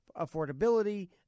affordability